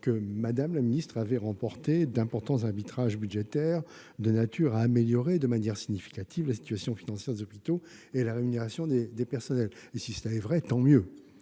que vous aviez remporté d'importants arbitrages budgétaires de nature à améliorer de manière significative la situation financière des hôpitaux et la rémunération des personnels. Si cela est vrai, tant mieux